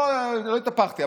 לא התהפכתי.